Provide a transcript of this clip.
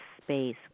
space